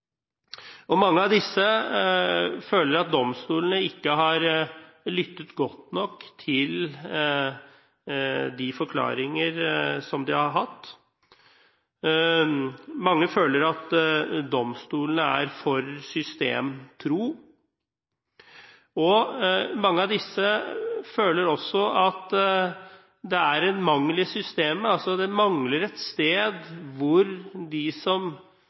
Mange av disse føler at domstolene ikke har lyttet godt nok til de forklaringer som de har hatt. Mange føler at domstolene er for systemtro, og mange føler også at det er en mangel i systemet, altså at det mangler et sted hvor de som